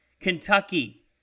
Kentucky